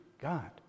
God